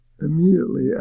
immediately